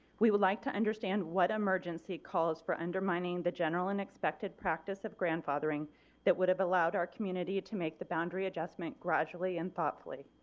we would like to understand what emergency calls for undermining the general and expected practice of grandfathering that would have allowed our community to make the boundary adjustment gradually and thoughtfully.